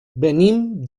venim